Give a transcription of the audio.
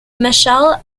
michelle